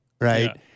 Right